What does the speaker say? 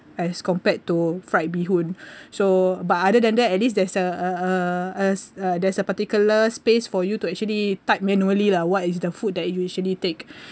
as compared to fried beehoon so but other than that at least there's a a a a uh there's a particular space for you to actually type manually lah what is the food that you usually take